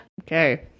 Okay